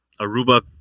Aruba